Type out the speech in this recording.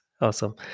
Awesome